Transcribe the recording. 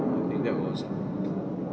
I think that was